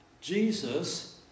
Jesus